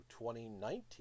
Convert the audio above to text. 2019